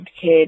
kid